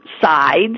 sides